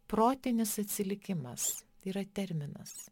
protinis atsilikimas tai yra terminas